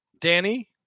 Danny